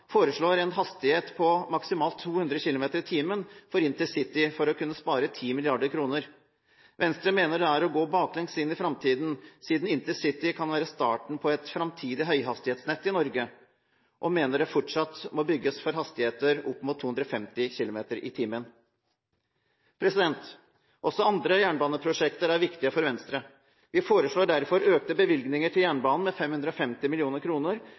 foreslår en maksimal hastighet på 200 km/t for intercitytog for å kunne spare 10 mrd. kr. Venstre mener det er å gå baklengs inn i framtiden, siden intercity kan være starten på et framtidig høyhastighetsnett i Norge, og mener det fortsatt må bygges for hastigheter opp mot 250 km/t. Også andre jernbaneprosjekter er viktige for Venstre. Vi foreslår derfor økte bevilgninger til jernbanen med 550